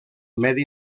medi